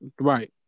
Right